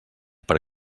per